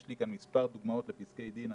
יש לי כאן מספר דוגמאות לפסקי דין,